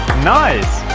nice!